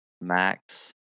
Max